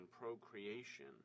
procreation